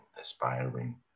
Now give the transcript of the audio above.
aspiring